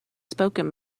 spoken